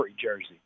jersey